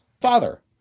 father